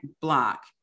block